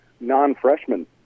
non-freshmen